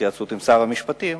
בהתייעצות עם שר המשפטים,